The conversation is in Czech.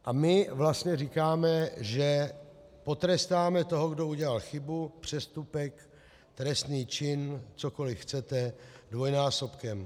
A my vlastně říkáme, že potrestáme toho, kdo udělal chybu, přestupek, trestný čin, cokoliv chcete, dvojnásobkem.